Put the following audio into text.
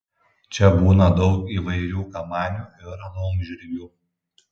čia būna daug įvairių kamanių ir laumžirgių